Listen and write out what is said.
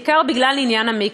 בעיקר בגלל עניין המקווה.